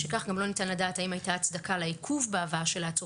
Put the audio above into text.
משכך גם לא ניתן לדעת אם הייתה הצדקה לעיכוב בהבאה של העצור